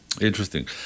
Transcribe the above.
Interesting